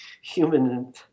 human